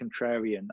contrarian